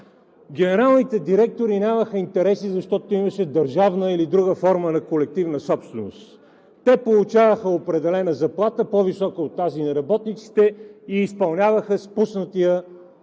генералните директори нямаха интереси, защото имаше държавна или друга форма на колективна собственост. Те получаваха определена заплата, по-висока от тази на работниците и изпълняваха спуснатия